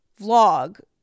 vlog